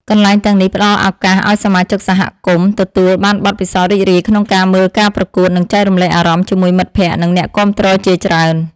កន្លែងទាំងនេះផ្តល់ឱកាសឱ្យសមាជិកសហគមន៍ទទួលបានបទពិសោធន៍រីករាយក្នុងការមើលការប្រកួត និងចែករំលែកអារម្មណ៍ជាមួយមិត្តភក្តិ និងអ្នកគាំទ្រជាច្រើន។